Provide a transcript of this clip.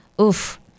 Oof